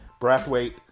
Brathwaite